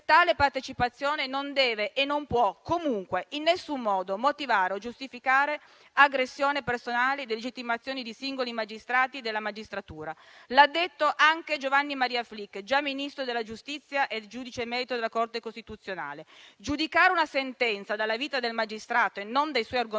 tale partecipazione non deve e non può comunque in alcun modo motivare o giustificare aggressione personali, delegittimazioni di singoli magistrati della magistratura. Lo ha detto anche Giovanni Maria Flick, già Ministro della giustizia e giudice emerito della Corte costituzionale. Giudicare una sentenza dalla vita del magistrato e non dai suoi argomenti